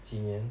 几年